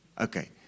Okay